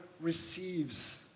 receives